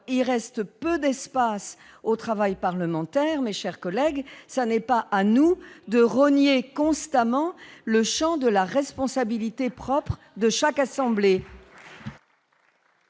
Il reste peu d'espace au travail parlementaire, mes chers collègues. Il en a de moins en moins ! Ce n'est pas à nous de rogner constamment le champ de la responsabilité propre de chaque assemblée.